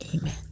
amen